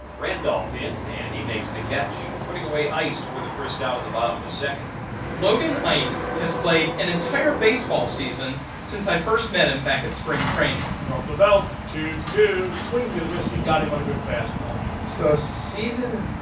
randolph in, and he makes the catch, putting away ice for the first out of the bottom of the second logan ice has played an entire baseball season since i first met him back at spring training from the belt, two two, swing and a miss. he got him on a good fastball so the season